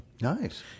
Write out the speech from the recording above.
Nice